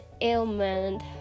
ailment